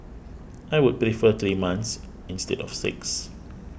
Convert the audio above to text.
I would prefer three months instead of six